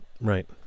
right